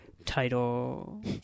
Title